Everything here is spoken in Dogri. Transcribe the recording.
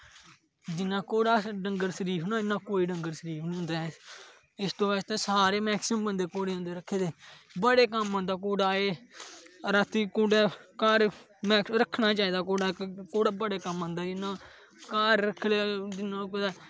जिन्ना घोड़ा डंगर शरीफ ना इन्ना कोई डंगर शरीफ नेईं ऐ इस तू बास्ते सारे मैक्सीमम बंदे घोडे़ होंदे रक्खे दे बडे़ कम्म आंदा घोड़ा एह् राती कुसलै घार रक्खना चाहिदा घोड़ा इक घोड़ा बडे़ कम्म आंदा घार रक्खना जियां